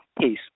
peace